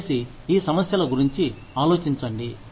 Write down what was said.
దయచేసి ఈ సమస్యల గురించి ఆలోచించండి